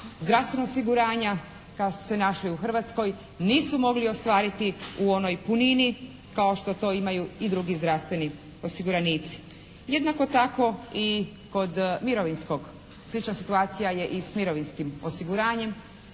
zdravstvenog osiguranja kada su se našli u Hrvatskoj nisu mogli ostvariti u onoj punini kao što to imaju i drugi zdravstveni osiguranici. Jednako tako i kod mirovinskog. Slična situacija je i s mirovinskim osiguranjem.